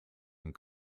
and